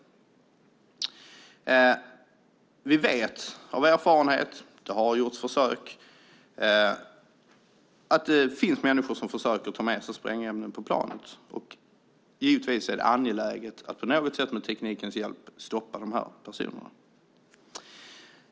Vi vet av erfarenhet, det har gjorts försök, att det finns människor som försöker ta med sig sprängämnen på planet. Givetvis är det angeläget att på något sätt med teknikens hjälp stoppa de här personerna.